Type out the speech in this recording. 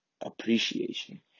appreciation